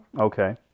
okay